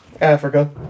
Africa